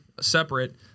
separate